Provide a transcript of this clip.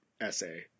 essay